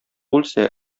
үлсә